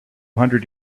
hundred